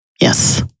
Yes